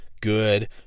good